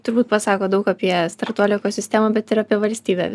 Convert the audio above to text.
turbūt pasako daug apie startuolių ekosistemą bet ir apie valstybę